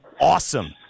awesome